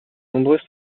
nombreuses